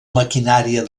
maquinària